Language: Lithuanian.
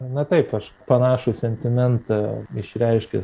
na taip aš panašų sentimentą išreiškęs